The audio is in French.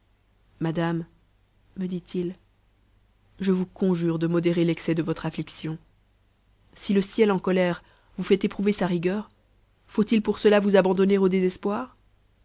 madame me dit-il je vous conjure de modérer l'excès de votre amiction si le ciel en colère vous fait éprouver sa rigueur faut-il pour cela vous abandonner au désespoir